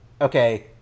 okay